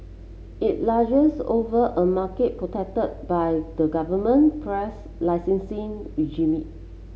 it over a market protected by the government press licensing regime